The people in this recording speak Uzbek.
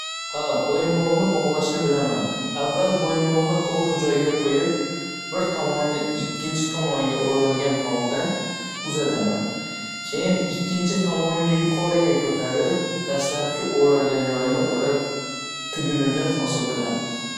Ha, bo'yinbog'ni bog'lashni bilaman. Avval bo'yinbog'ni to'g'ri joyga qo'yib, bir tomonini ikkinchi tomonga o'ralgan holda uzataman. Keyin, ikkinchi tomonni yuqoriga ko'tarib, dastlabki o'ralgan joyga o'rab, tugunini hosil qilaman.